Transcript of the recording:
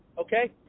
Okay